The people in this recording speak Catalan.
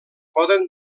poden